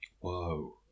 Whoa